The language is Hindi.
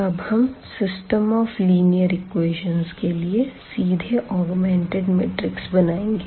अब हम सिस्टम ऑफ लीनियर इक्वेशन के लिए सीधे ऑगमेंटेड मैट्रिक्स बनाएंगे